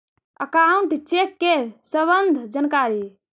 Account check के सम्बन्ध जानकारी?